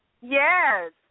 Yes